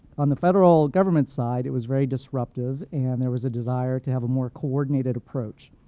on the federal government side, it was very disruptive, and there was a desire to have a more coordinated approach.